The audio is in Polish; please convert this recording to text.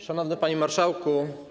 Szanowny Panie Marszałku!